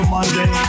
Monday